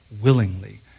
willingly